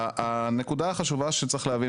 הנקודה החשובה שצריך להבין,